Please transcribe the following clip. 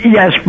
Yes